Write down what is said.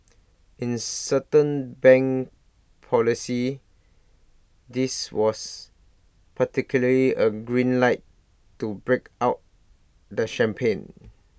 in certain bank policy this was practically A green light to break out the champagne